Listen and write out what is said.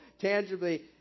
tangibly